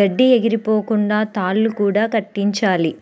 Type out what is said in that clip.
గడ్డి ఎగిరిపోకుండా తాళ్ళు కూడా కట్టించాలి